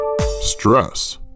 Stress